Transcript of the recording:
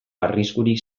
arriskurik